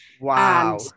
wow